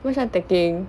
hu shan taking